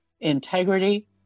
integrity